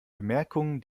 bemerkungen